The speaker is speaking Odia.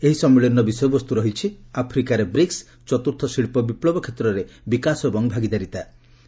ଏହି ସମ୍ମିଳନୀର ବିଷୟବସ୍ତୁ ରହିଛି ଆଫ୍ରିକାରେ ବ୍ରିକ୍ସ ଚତୁର୍ଥ ଶିଳ୍ପ ବିପ୍ଳବ କ୍ଷେତ୍ରରେ ବିକାଶ ଏବଂ ଭାଗିଦାରିତା